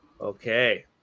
Okay